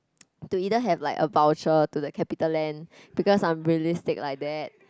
to either like have a voucher to the CapitaLand because I'm realistic like that